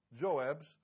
Joab's